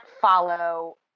follow